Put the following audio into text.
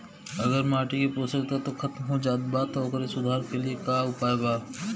अगर माटी के पोषक तत्व खत्म हो जात बा त ओकरे सुधार के लिए का उपाय बा?